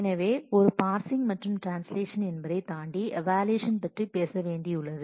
எனவே ஒரு பார்சிங் மற்றும் ட்ரான்ஸ்லேஷன் என்பதை தாண்டி ஈவாலுவெஷன் பற்றி பேச வேண்டியுள்ளது